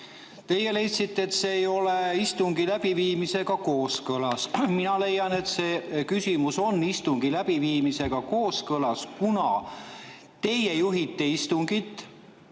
Teie leidsite, et see ei ole istungi läbiviimisega kooskõlas. Mina leian, et see küsimus on istungi läbiviimisega kooskõlas, kuna teie juhite istungit.